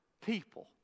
people